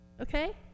Okay